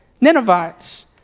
Ninevites